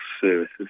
services